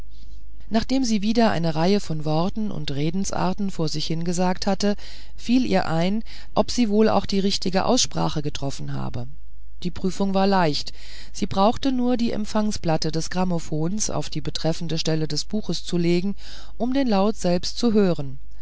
nachdem sie wieder eine reihe von worten und redensarten vor sich hingesagt hatte fiel ihr ein ob sie wohl auch die richtige aussprache getroffen habe die prüfung war leicht sie brauchte nur die empfangsplatte des grammophons auf die betreffende stelle des buches zu legen um den laut selbst zu hören